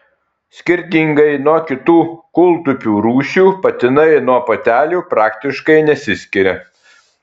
skirtingai nuo kitų kūltupių rūšių patinai nuo patelių praktiškai nesiskiria